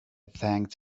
thanked